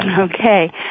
Okay